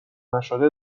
نشده